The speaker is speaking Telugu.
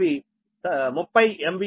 2 KV 30 MVAకావున 0